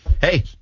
hey